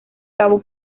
cabo